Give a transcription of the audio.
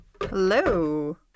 Hello